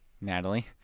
Natalie